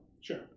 Sure